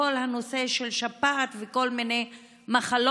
בכל הנושא של שפעת וכל מיני מחלות.